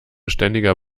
ständiger